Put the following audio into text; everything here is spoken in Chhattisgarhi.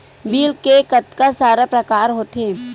बिल के कतका सारा प्रकार होथे?